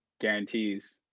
guarantees